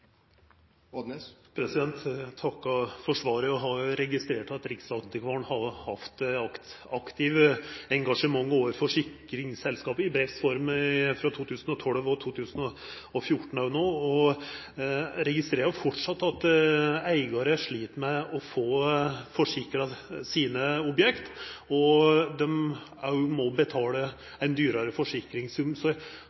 Eg takkar for svaret. Eg har registrert at Riksantikvaren har hatt eit aktivt engasjement overfor forsikringsselskap i brevs form i 2012 og òg no i 2014. Eg registrerer framleis at eigarar slit med å få forsikra sine objekt, og at dei òg må